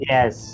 Yes